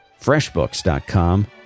FreshBooks.com